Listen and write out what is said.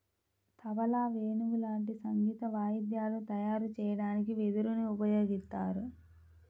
తబలా, వేణువు లాంటి సంగీత వాయిద్యాలు తయారు చెయ్యడానికి వెదురుని ఉపయోగిత్తారు